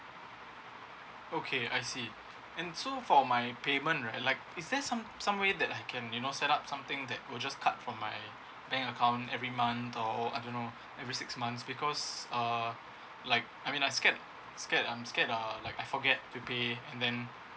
okay I see and so for my payment right like is there some some way that I can you know set up something that would just cut from my bank account every month or I don't know every six months because uh like I mean I scared scared I'm scared uh like I forget to pay and then